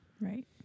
Right